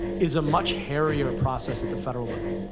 is a much hairier process at the federal level.